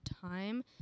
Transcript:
time